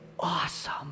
awesome